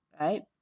right